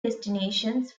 destinations